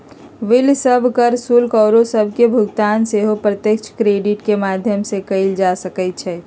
bill सभ, कर, शुल्क आउरो सभके भुगतान सेहो प्रत्यक्ष क्रेडिट के माध्यम से कएल जा सकइ छै